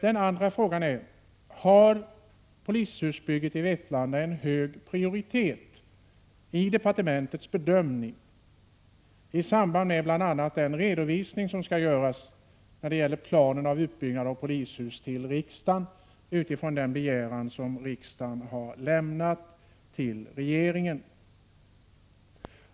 För det andra: Har polishuset i Vetlanda hög prioritet i departementets bedömning i samband med den redovisning som skall göras till riksdagen när det gäller planeringen för utbyggnad av polishus, utifrån den begäran som riksdagen har lämnat till regeringen?